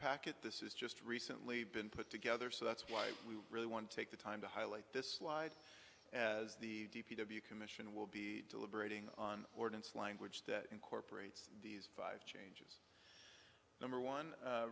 packet this is just recently been put together so that's why we really want to take the time to highlight this slide as the d p w commission will be deliberating on ordnance language that incorporates these five change number one